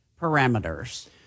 parameters